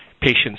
patients